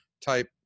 type